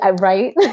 right